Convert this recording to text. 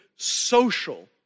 social